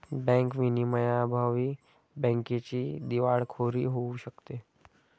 bank विनियमांअभावी बँकेची दिवाळखोरी होऊ शकते